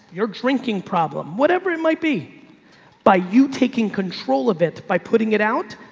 your drinking problem, whatever it might be by you taking control of it, by putting it out,